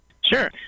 Sure